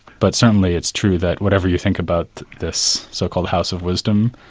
but certainly it's true that whatever you think about this so-called house of wisdom,